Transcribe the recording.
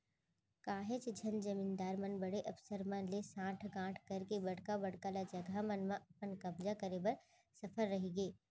काहेच झन जमींदार मन बड़े अफसर मन ले सांठ गॉंठ करके बड़का बड़का ल जघा मन म अपन कब्जा करे बर सफल रहिगे